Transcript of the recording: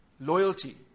loyalty